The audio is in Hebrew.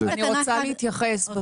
אני רוצה להתייחס.